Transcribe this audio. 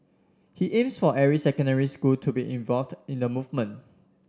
he aims for every secondary school to be involved in the movement